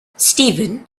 steven